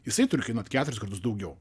jisai turi kainuot keturis kartus daugiau